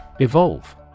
Evolve